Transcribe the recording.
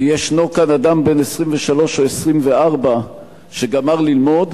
כי ישנו כאן אדם בן 23 או 24 שגמר ללמוד,